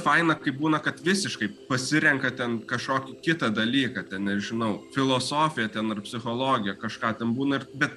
faina kai būna kad visiškai pasirenka ten kažkokį kitą dalyką ten nežinau filosofiją ten ar psichologiją kažką ten būna ir bet